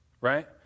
right